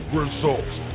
results